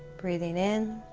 breathing in